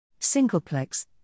Singleplex